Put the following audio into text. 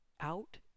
out